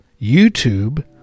YouTube